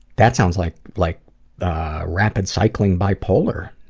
that sounds like like the rapid cycling bi-polar.